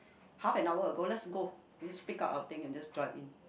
half an hour ago let's go we just pick up our things and just drive in